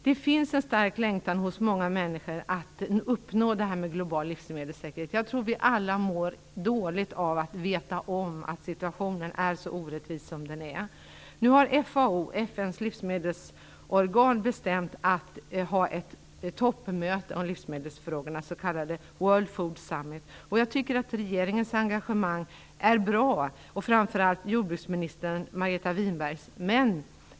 Det finns en stark längtan hos många människor att uppnå detta med global livsmedelssäkerhet. Jag tror att vi alla mår dåligt av att veta att situationen är så orättvis som den är. Nu har FAO, FN:s livsmedelsorgan, bestämt att man skall ha ett toppmöte om livsmedelsfrågorna, ett s.k. World Food Summit. Jag tycker att regeringens engagemang är bra, och framför allt jordbruksminister Margareta Winbergs engagemang.